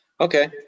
okay